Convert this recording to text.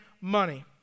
money